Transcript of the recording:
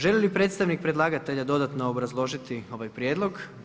Želi li predstavnik predlagatelja dodatno obrazložiti ovaj prijedlog?